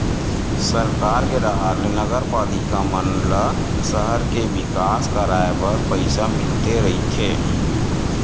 सरकार के डाहर ले नगरपालिका मन ल सहर के बिकास कराय बर पइसा मिलते रहिथे